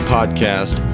Podcast